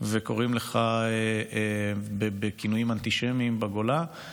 וקוראים לך בכינויים אנטישמיים בגולה,